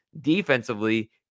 Defensively